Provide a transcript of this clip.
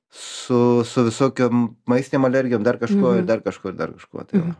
su su visokiom maistėm alergijom dar kažkuo ir dar kažkuo ir dar kažkuo tai va